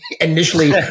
initially